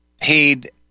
paid